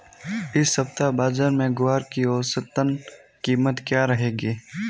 इस सप्ताह बाज़ार में ग्वार की औसतन कीमत क्या रहेगी?